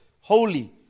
holy